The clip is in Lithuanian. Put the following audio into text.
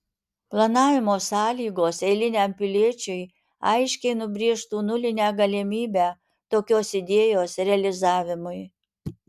planavimo sąlygos eiliniam piliečiui aiškiai nubrėžtų nulinę galimybę tokios idėjos realizavimui